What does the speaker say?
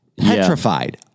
petrified